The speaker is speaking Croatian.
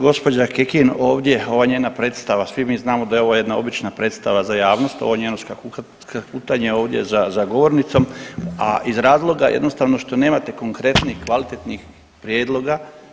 Gospođa Kekin ovdje, ova njena predstava, svi mi znamo da je ovo jedna obična predstava za javnost, ovo njeno skakutanje ovdje za govornicom a iz razloga jednostavno što nemate konkretnih, kvalitetnih prijedloga.